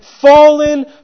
Fallen